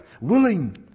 Willing